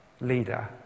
leader